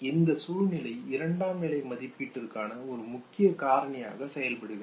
இந்த சூழ்நிலை இரண்டாம்நிலை மதிப்பீட்டிற்கான ஒரு முக்கிய காரணியாக செயல்படுகிறது